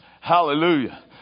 Hallelujah